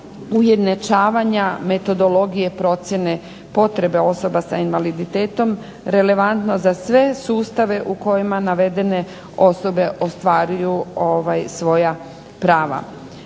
ujednačavanja metodologije procjene potrebe osoba sa invaliditetom relevantno za sve sustave u kojima navedene osobe ostvaruju svoja prava.